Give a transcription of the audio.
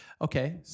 okay